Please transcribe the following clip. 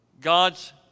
God's